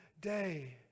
day